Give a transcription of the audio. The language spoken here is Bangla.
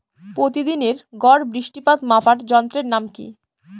প্রতিদিনের গড় বৃষ্টিপাত মাপার যন্ত্রের নাম কি?